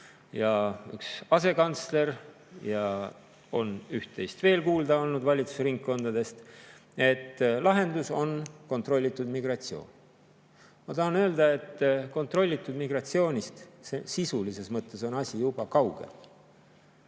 ja üks asekantsler – üht-teist on veel kuulda olnud valitsusringkondadest –, et lahendus on kontrollitud migratsioon. Ma tahan öelda, et kontrollitud migratsioonist sisulises mõttes on asi juba kaugel.